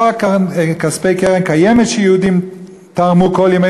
לא רק כספי קרן-קיימת שיהודים תרמו כל ימי